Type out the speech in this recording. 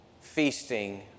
feasting